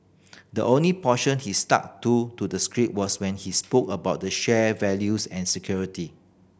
the only portion he stuck to to the script was when he spoke about the shared values and security